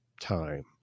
time